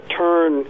turn